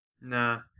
Nah